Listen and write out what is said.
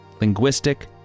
linguistic